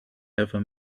ever